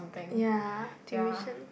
ya tuition